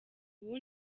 ubu